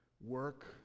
Work